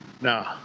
No